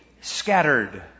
scattered